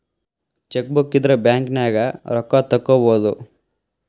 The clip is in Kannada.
ಚೆಕ್ಬೂಕ್ ಇದ್ರ ಬ್ಯಾಂಕ್ನ್ಯಾಗ ರೊಕ್ಕಾ ತೊಕ್ಕೋಬಹುದು